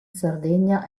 sardegna